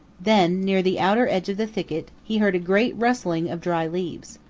then, near the outer edge of the thicket, he heard a great rustling of dry leaves.